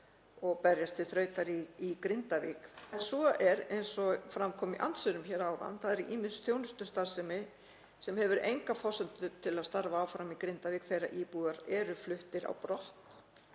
og berjast til þrautar í Grindavík. En svo er, eins og fram kom í andsvörum hér áðan, ýmis þjónustustarfsemi sem hefur enga forsendur til að starfa áfram í Grindavík þegar íbúar eru fluttir á brott.